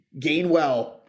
Gainwell